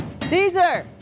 Caesar